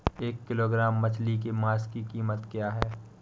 एक किलोग्राम मछली के मांस की कीमत क्या है?